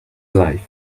life